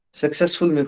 successful